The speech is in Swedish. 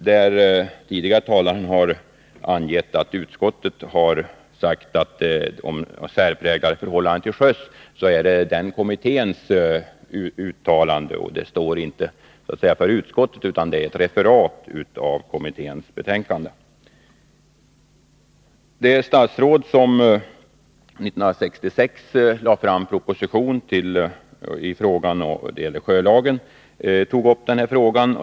Den tidigare talaren har angett att utskottet har sagt att det råder särpräglade förhållanden till sjöss, men det är den kommitténs uttalande. Det står inte för utskottet utan är ett referat av kommitténs betänkande. Det statsråd som 1966 lade fram proposition beträffande sjölagen tog upp den här frågan.